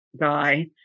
guy